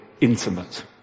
intimate